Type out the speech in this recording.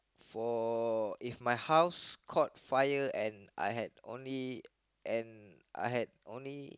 for if my house caught fire and I had only and I had only